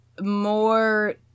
more